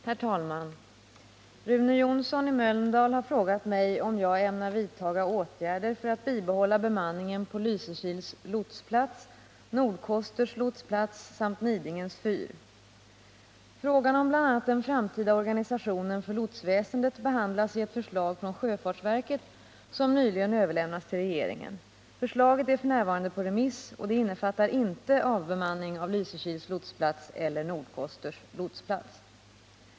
Herr talman! Rune Johnsson i Mölndal har frågat mig om jag ämnar vidta åtgärder för att bibehålla bemanningen på Lysekils lotsplats, Nordkosters lotsplats samt Nidingens fyr. Frågan om bl.a. den framtida organisationen för lotsväsendet behandlas i ett förslag från sjöfartsverket som nyligen överlämnats till regeringen. Förslaget är f. n. på remiss, och det innefattar inte avbemanning av Lysekils lotsplats eller Nordkosters lotsplats.